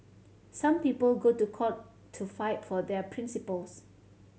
some people go to court to fight for their principles